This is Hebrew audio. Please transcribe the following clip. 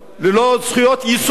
ללא זכויות יסוד,